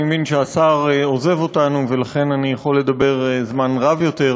אני מבין שהשר עוזב אותנו ולכן אני יכול לדבר זמן רב יותר,